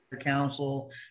council